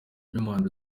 raymond